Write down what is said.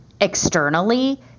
externally